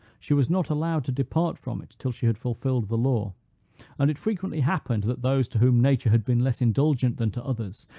she was not allowed to depart from it till she had fulfilled the law and it frequently happened that those to whom nature had been less indulgent than to others,